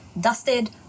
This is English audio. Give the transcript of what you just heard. dusted